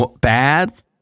bad